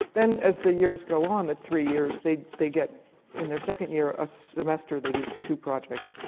then, as the years go on, the three years, they they get in their second year, a semester, they do two projects.